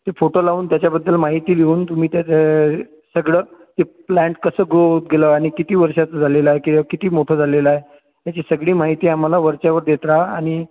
ते फोटो लावून त्याच्याबद्दल माहिती लिहून तुम्ही त्याच सगळं एक प्लांट कसं ग्रो होत गेलं किंवा किती वर्षाचं झालेलं आहे किंवा किती मोठं झालेलं आहे ह्याची सगळी माहिती आम्हाला वरच्यावर देत राहा आणि